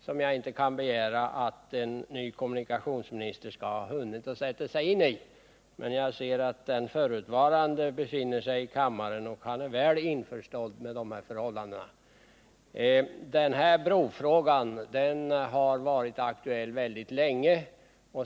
Jag kan inte begära att en ny kommunikationsminister skall ha hunnit sätta sig in i dessa problem, men jag ser att den förutvarande kommunikationsministern befinner sig i kammaren, och han är väl införstådd med dessa frågor. Denna brofråga har varit aktuell väldigt länge.